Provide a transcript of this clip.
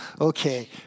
okay